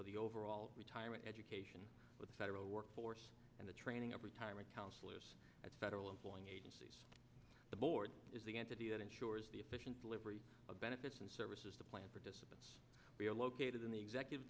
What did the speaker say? for the overall retirement education with the federal workforce and the training of retirement counselors as federal employee agencies the board is the entity that ensures the efficient delivery of benefits and services the plan participants are located in the executive